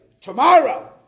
tomorrow